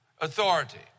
authority